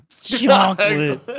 chocolate